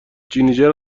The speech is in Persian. جینجر